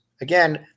Again